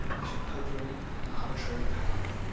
between popery and arbitrary power.